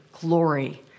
glory